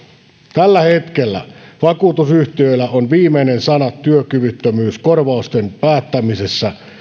tällä hetkellä vakuutusyhtiöillä on viimeinen sana työkyvyttömyyskorvausten päättämisessä